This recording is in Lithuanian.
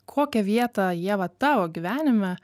kokią vietą ieva tavo gyvenime